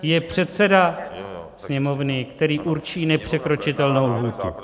Je předseda Sněmovny, který určí nepřekročitelnou lhůtu.